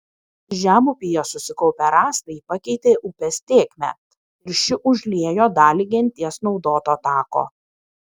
žemupyje susikaupę rąstai pakeitė upės tėkmę ir ši užliejo dalį genties naudoto tako